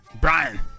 Brian